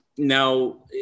Now